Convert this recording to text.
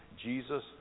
Jesus